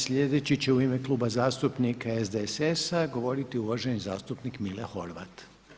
Sljedeći će u ime Kluba zastupnika SDSS-a govoriti uvaženi zastupnik Mile Horvat.